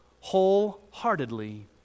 wholeheartedly